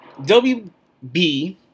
WB